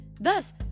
Thus